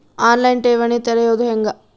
On line ಠೇವಣಿ ತೆರೆಯೋದು ಹೆಂಗ?